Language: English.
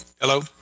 hello